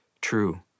true